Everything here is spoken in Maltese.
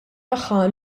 tagħha